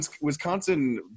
wisconsin